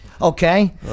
Okay